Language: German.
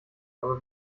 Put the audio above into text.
aber